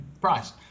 price